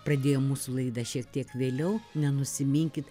pradėjom mūsų laida šiek tiek vėliau nenusiminkit